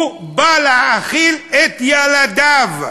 הוא בא להאכיל את ילדיו.